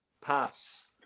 pass